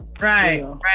right